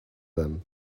them